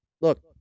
look